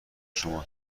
شما